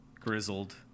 grizzled